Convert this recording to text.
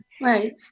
Right